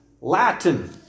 Latin